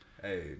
Hey